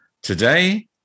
Today